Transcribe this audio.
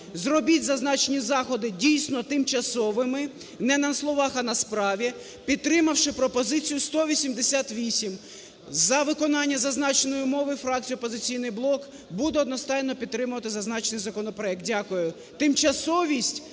зробіть зазначені заходи, дійсно, тимчасовими не на словах, а на справі, підтримавши пропозицію 188. За виконання зазначеної умови, фракція "Опозиційний блок" буде одностайно підтримувати зазначений законопроект. Дякую.